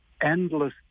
endless